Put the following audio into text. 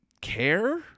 care